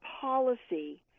policy